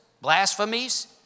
blasphemies